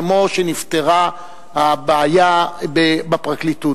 כמו שנפתרה הבעיה בפרקליטות,